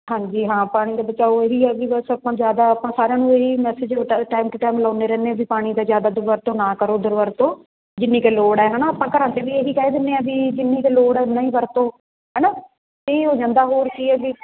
ਹਾਂਜੀ ਹਾਂ ਪਾਣੀ ਦੇ ਬਚਾਅ ਇਹ ਹੀ ਆ ਵੀ ਬਸ ਆਪਾਂ ਜ਼ਿਆਦਾ ਆਪਾਂ ਸਾਰਿਆਂ ਨੂੰ ਇਹ ਹੀ ਮੈਸੇਜ ਟ ਟਾਈਮ ਟੂ ਟਾਈਮ ਲਗਾਉਂਦੇ ਰਹਿੰਦੇ ਵੀ ਪਾਣੀ ਦਾ ਜ਼ਿਆਦਾ ਦੁਰਵਰਤੋਂ ਨਾ ਕਰੋ ਦੁਰਵਰਤੋ ਜਿੰਨੀ ਕੁ ਲੋੜ ਹੈ ਹੈ ਨਾ ਆਪਾਂ ਘਰਾਂ 'ਚ ਵੀ ਇਹ ਹੀ ਕਹਿ ਦਿੰਦੇ ਹਾਂ ਵੀ ਜਿੰਨੀ ਕੁ ਲੋੜ ਆ ਉੰਨਾ ਹੀ ਵਰਤੋ ਹੈ ਨਾ ਇਹ ਹੋ ਜਾਂਦਾ ਹੋਰ ਕੀ ਹੈ ਜੀ